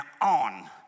on